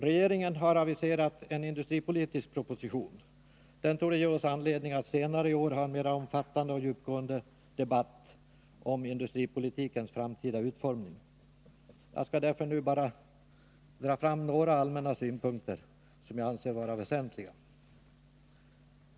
Regeringen har aviserat en industripolitisk proposition. Den torde ge oss anledning att senare i år ha en mera omfattande och djupgående debatt om industripolitikens framtida utformning. Jag skall därför nu bara dra fram några allmänna synpunkter, som jag anser vara väsentliga.